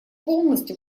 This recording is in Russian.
полностью